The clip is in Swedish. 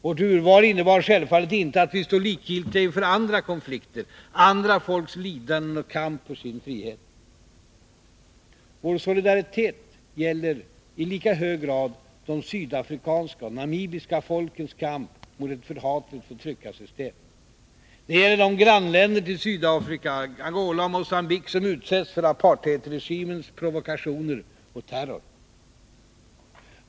Vårt urval innebar självfallet inte att vi står likgiltiga inför andra konflikter, andra folks lidanden och kamp för sin frihet. Vår solidaritet gäller i lika hög grad de sydafrikanska och namibiska folkens kamp mot ett förhatligt förtryckarsystem. Det gäller de grannländer till Sydafrika, Angola och Mogambique, som utsätts för apartheidregimens provokationer och terror.